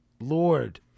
Lord